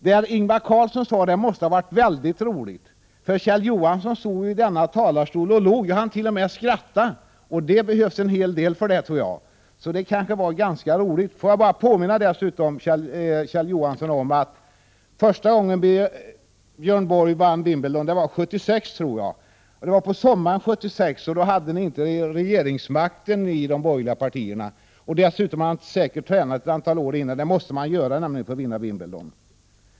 Det som Ingvar Carlsson sade måste ha varit mycket roligt, eftersom Kjell Johansson stod i denna talarstol och log, och han t.o.m. skrattade, och jag tror att det behövs en hel del för att få honom till det. Jag vill också påminna Kjell Johansson om att Björn Borg vann Wimbledon första gången på sommaren 1976, tror jag, då de borgerliga partierna inte hade regeringsmakten, och för att vinna Wimbledon måste man dessutom träna ett antal år.